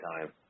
time